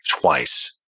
twice